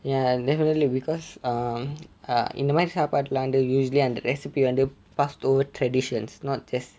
ya definitely because err err இந்த மாதிரி சாப்பாடு எல்லாம் வந்து:intha mathiri sapadu ellam vanthu usually recipe வந்து:vanthu passed over traditions not just